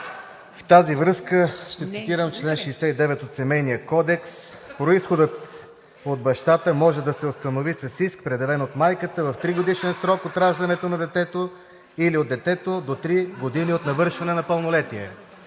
В тази връзка ще цитирам чл. 69 от Семейния кодекс: „Произходът от бащата може да се установи с иск, определен от майката в тригодишен срок от раждането на детето или от детето до три години от навършване на пълнолетие“.